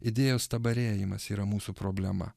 idėjos stabarėjimas yra mūsų problema